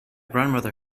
grandmother